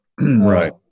Right